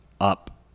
up